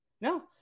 No